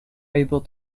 able